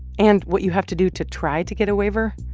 and what you have to do to try to get a waiver